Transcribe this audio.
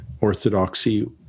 Orthodoxy